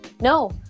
No